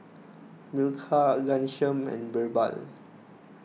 Milkha Ghanshyam and Birbal